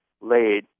laid